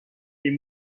les